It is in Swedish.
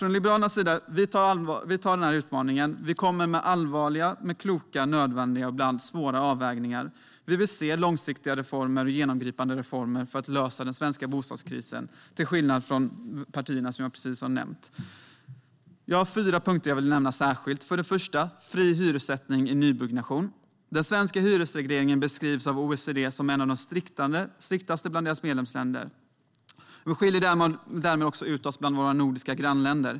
Liberalerna tar utmaningen på allvar med kloka, nödvändiga och ibland svåra avvägningar. Vi vill, till skillnad från partierna jag nyss nämnde, se långsiktiga och genomgripande reformer för att lösa den svenska bostadskrisen. Jag vill särskilt nämna fyra punkter. För det första vill vi se fri hyressättning i nybyggnation. Den svenska hyresregleringen beskrivs av OECD som en av striktaste bland deras medlemsländer. Vi skiljer därmed också ut oss från våra nordiska grannländer.